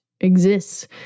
exists